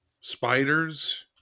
spiders